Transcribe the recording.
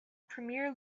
premier